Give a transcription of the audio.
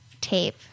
tape